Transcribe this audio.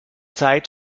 zeit